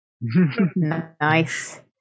nice